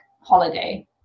holiday